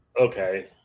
okay